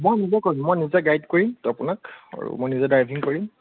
মই নিজে কৰিম মই নিজে গাইদ কৰিম আপোনাক আৰু মই নিজে ড্ৰাইভিং কৰিম